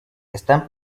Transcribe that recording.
están